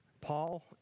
Paul